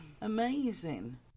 amazing